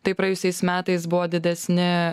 tai praėjusiais metais buvo didesni